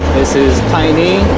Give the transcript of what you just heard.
this is tiny